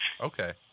Okay